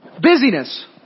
Busyness